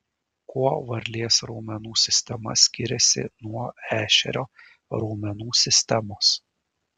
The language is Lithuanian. kuo varlės raumenų sistema skiriasi nuo ešerio raumenų sistemos